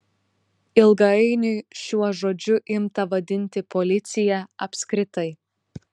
ilgainiui šiuo žodžiu imta vadinti policiją apskritai